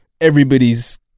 everybody's